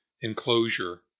enclosure